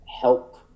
help